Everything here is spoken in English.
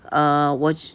err 我